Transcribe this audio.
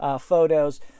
photos